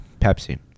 Pepsi